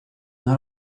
not